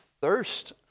thirst